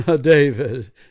David